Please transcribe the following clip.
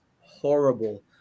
horrible